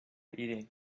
eating